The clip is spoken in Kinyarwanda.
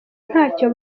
ntacyo